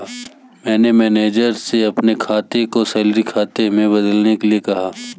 मैंने मैनेजर से अपने खाता को सैलरी खाता में बदलने के लिए कहा